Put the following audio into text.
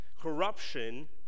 corruption